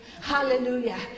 Hallelujah